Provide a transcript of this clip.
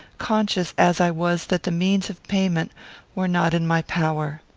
conscious as i was that the means of payment were not in my power.